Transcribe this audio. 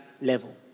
level